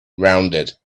rounded